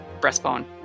breastbone